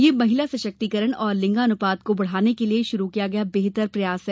यह महिला सशक्तिकरण और लिंगानुपात को बढ़ाने के लिये शुरु किया गया बेहतर प्रयास है